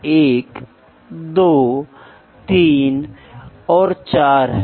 इसलिए मेजरमेंट किसी भी चीज को निर्धारित करने की एक प्रक्रिया है जो कि कुछ मात्रा में मौजूद है